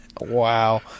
Wow